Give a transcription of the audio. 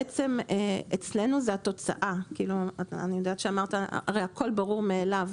אצלנו זו התוצאה, הרי הכול ברור מאליו